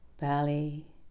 belly